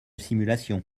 simulations